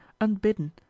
unbidden